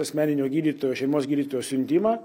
asmeninio gydytojo šeimos gydytojo siuntimą